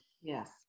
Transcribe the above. Yes